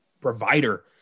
provider